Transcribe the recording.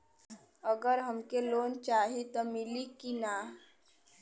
अगर हमके लोन चाही त मिली की ना?